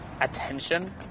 attention